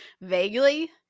vaguely